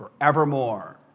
forevermore